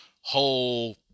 whole